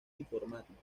informática